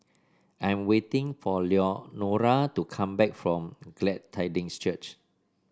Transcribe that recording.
I'm waiting for Leonora to come back from Glad Tidings Church